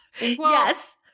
Yes